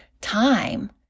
time